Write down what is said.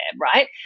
right